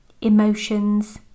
emotions